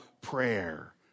prayer